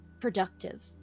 productive